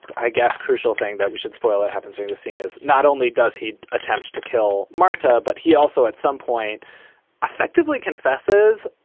but i guess, crucial thing that we should spoil that happens from the scene, as not only does he attempts to kill marta, but he also at some point effectively confesses.